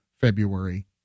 February